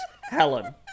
Helen